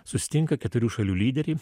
susitinka keturių šalių lyderiai